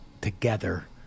together